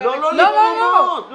לא לתלונות.